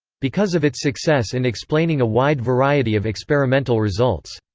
because of its success in explaining a wide variety of experimental results.